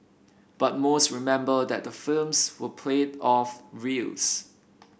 but most remember that the films were played off reels